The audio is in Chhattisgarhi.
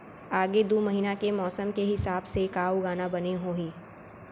आगे दू महीना के मौसम के हिसाब से का उगाना बने होही?